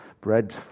bread